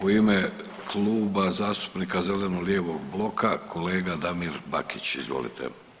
U ime Kluba zastupnika zeleno-lijevog bloka kolega Damir Bakić, izvolite.